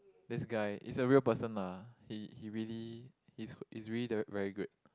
this guy is a real person lah he he really he's he's really the very good